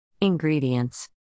Ingredients